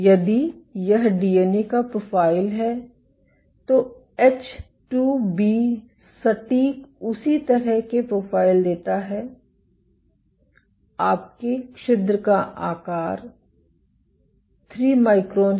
यदि यह डीएनए का प्रोफाइल है तो एच 2 बी सटीक उसी तरह की प्रोफ़ाइल देता है आपके छिद्र का आकार 3 माइक्रोन है